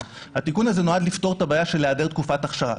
התיקון הזה נועד לפתור את הבעיה של היעדר תקופת אכשרה.